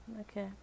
Okay